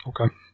Okay